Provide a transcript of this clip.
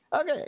Okay